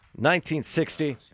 1960